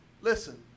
listen